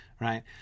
right